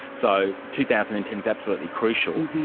so two thousand and ten is absolutely crucial.